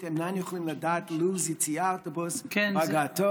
אינם יכולים לדעת לו"ז של יציאת אוטובוס והגעתו,